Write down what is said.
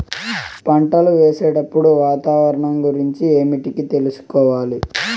పంటలు వేసేటప్పుడు వాతావరణం గురించి ఏమిటికి తెలుసుకోవాలి?